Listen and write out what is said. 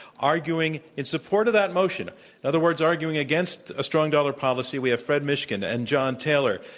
arguing in support of that motion, in other words arguing against a strong dollar policy, we have fred mishkin and john taylor.